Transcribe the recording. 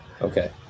Okay